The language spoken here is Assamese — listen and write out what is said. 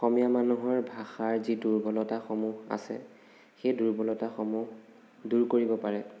অসমীয়া মানুহৰ ভাষাৰ যি দূৰ্বলতাসমূহ আছে সেই দূৰ্বলতাসমূহ দূৰ কৰিব পাৰে